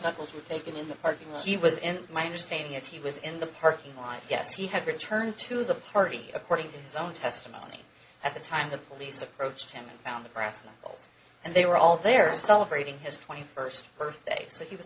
knuckles were taken in the parking lot he was in my understanding as he was in the parking lot i guess he had returned to the party according to his own testimony at the time the police approached him and found the brass knuckles and they were all there celebrating his twenty first birthday so he was